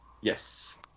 Yes